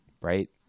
Right